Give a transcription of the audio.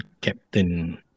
Captain